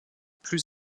plus